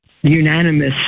unanimous